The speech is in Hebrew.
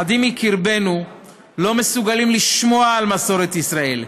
אחדים מקרבנו לא מסוגלים לשמוע על מסורת ישראל,